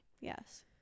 Yes